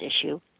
issue